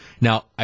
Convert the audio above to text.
Now